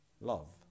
love